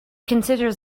considers